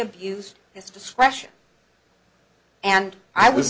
abused his discretion and i was